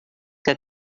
que